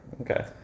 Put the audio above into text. okay